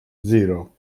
zero